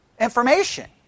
information